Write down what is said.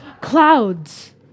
clouds